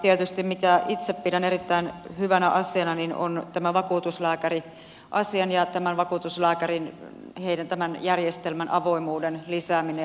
tietysti se mitä itse pidän erittäin hyvänä asiana on tämä vakuutuslääkäriasian ja tämän vakuutuslääkärien järjestelmän avoimuuden lisääminen